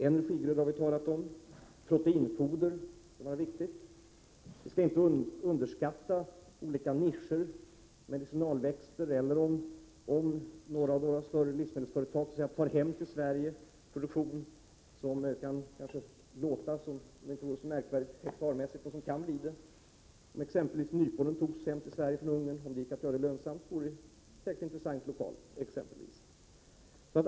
Energigrödor har vi talat om. Proteinfoder kan vara viktigt. Vi skall inte underskatta olika nischer, t.ex. medicinalväxter. Några av våra större livsmedelsföretag kan ta hem till Sverige en produktion som kanske inte förefaller vara så märkvärdig hektarmässigt men som kan bli det. Nypon togs exempelvis hem till Sverige från Ungern. Om det visar sig vara lönsamt, kan det bli intressant lokalt.